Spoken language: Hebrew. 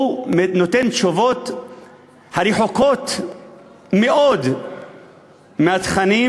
הוא נותן תשובות רחוקות מאוד מהתכנים